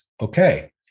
okay